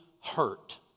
hurt